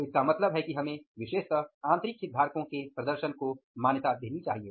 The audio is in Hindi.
तो इसका मतलब है कि हमें विशेषतः आंतरिक हितधारकों के प्रदर्शन को मान्यता देनी चाहिए